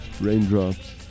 raindrops